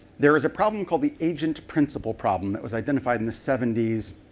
there is a problem called the agent principle problem that was identified in the seventies,